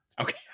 Okay